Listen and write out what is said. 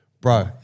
bro